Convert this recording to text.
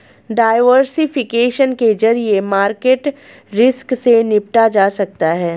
diversification के जरिए market risk से निपटा जा सकता है